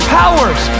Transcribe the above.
powers